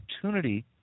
opportunity